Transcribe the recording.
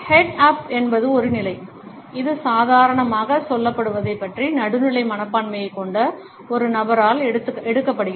head up என்பது ஒரு நிலை இது சாதாரணமாக சொல்லப்படுவதைப் பற்றி நடுநிலை மனப்பான்மையைக் கொண்ட ஒரு நபரால் எடுக்கப்படுகிறது